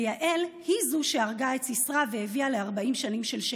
ויעל היא שהרגה את סיסרא והביאה ל-40 שנים של שקט.